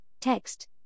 text